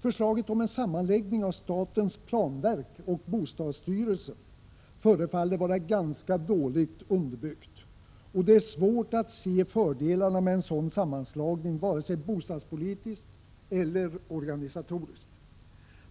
Förslaget om en sammanslagning av statens planverk och bostadsstyrelsen förefaller vara ganska dåligt underbyggt, och det är svårt att se de bostadspolitiska eller organisatoriska fördelarna med en sådan sammanslagning.